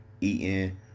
eating